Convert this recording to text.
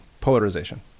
polarization